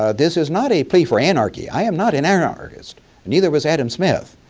ah this is not a plea for anarchy. i am not an anarchist and neither was adam smith.